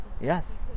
Yes